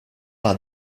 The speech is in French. par